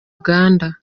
uganda